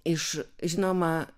iš žinoma